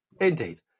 Indeed